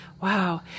Wow